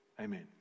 amen